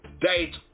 date